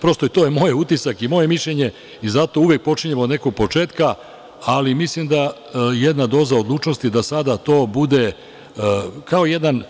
Prosto je to moj utisak i moje mišljenje i zato uvek počinjemo od nekog početka, ali mislim da jedna doza odlučnosti da sada to bude kao jedan